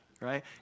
Right